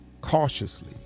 cautiously